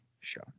show